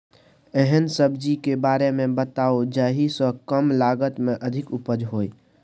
एहन सब्जी के बारे मे बताऊ जाहि सॅ कम लागत मे अधिक उपज होय?